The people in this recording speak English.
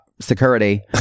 security